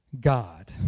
God